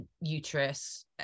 uterus